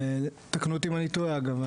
ותקנו אותי אם אני טועה אגב,